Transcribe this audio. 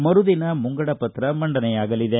ಮರುದಿನ ಮುಂಗಡಪತ್ರ ಮಂಡನೆಯಾಗಲಿದೆ